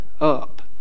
up